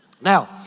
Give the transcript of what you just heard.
Now